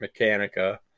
Mechanica